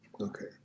Okay